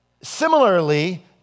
similarly